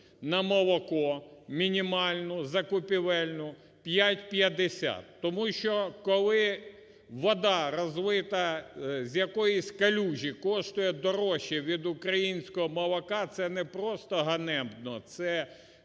на молоко мінімальну закупівельну 5,50. Тому що коли вода, розлита з якоїсь калюжі, коштує дорожче від українського молока, це не просто ганебно,